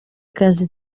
kazi